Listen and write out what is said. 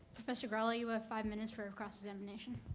so graglia, you have five minutes for and cross-examination.